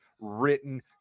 written